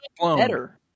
better